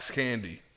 candy